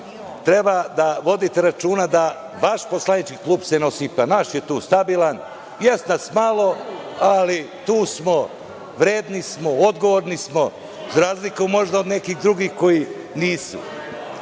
treba da vodite računa da vaš poslanički klub se ne osipa. Naš je tu stabilan. Jeste nas malo, ali tu smo, vredni smo, odgovorni smo, za razliku možda od nekih drugih koji nisu. Tako